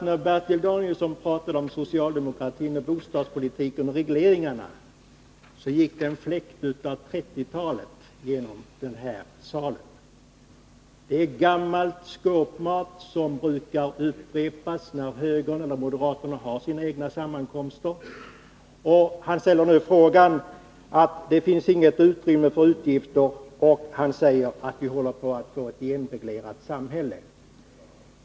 När Bertil Danielsson talade om socialdemokratin, bostadspolitiken och regleringarna gick det en fläkt av 30-talet genom kammaren. Det är gammal skåpmat som brukar tas fram på moderaternas egna sammankomster. Bertil Danielsson sade att det nu inte finns något utrymme för utgifter och att vi håller på att få ett genomreglerat samhälle.